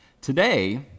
Today